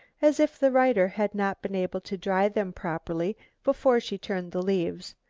as if the writer had not been able to dry them properly before she turned the leaves.